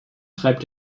schreibt